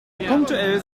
punktuell